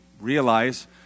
realize